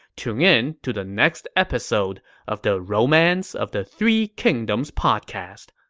tune in to the next episode of the romance of the three kingdoms podcast.